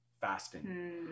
fasting